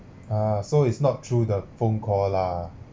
uh so it's not through the phone call lah